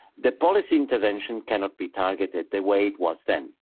the policy intervention cannot be targeted the way it was then.